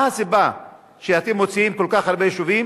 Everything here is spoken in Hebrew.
מה הסיבה שאתם מוציאים כל כך הרבה יישובים